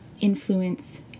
influence